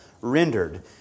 rendered